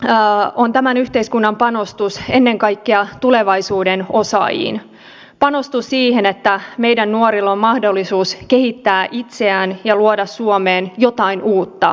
opintotuki on tämän yhteiskunnan panostus ennen kaikkea tulevaisuuden osaajiin panostus siihen että meidän nuorilla on mahdollisuus kehittää itseään ja luoda suomeen jotain uutta jotain parempaa